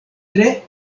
tre